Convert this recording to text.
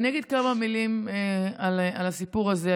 אגיד כמה מילים על הסיפור הזה.